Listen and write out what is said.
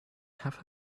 have